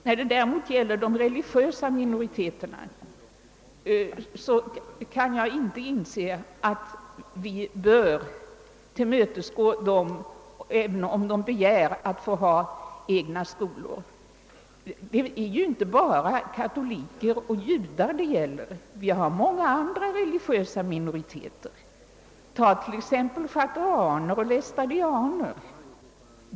När det däremot gäller de religiösa minoriteterna kan jag inte inse att vi bör tillmötesgå dem om de begär att få egna skolor. Det gäller ju inte bara katoliker och judar. Vi har många andra religiösa minoriteter. Ta t.ex. schartauaner och lestadianer.